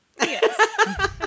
Yes